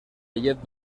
llet